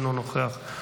אינו נוכח,